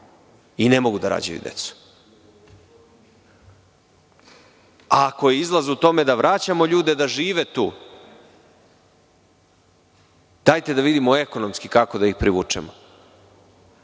i ne mogu da rađaju decu. Ako je izlaz u tome da vraćamo ljude da tu žive, dajte da vidimo kako ekonomski da ih privučemo.